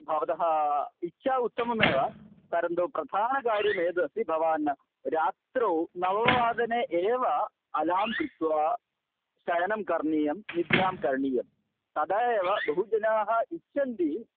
भवतः इच्छा उत्तममेव परन्तु प्रधानकार्यम् एतदस्ति भवान् रात्रौ नववादने एव अलार्म् कृत्वा शयनं करणीयं निद्रां करणीयं तदा एव बहुजनाः इच्छन्ति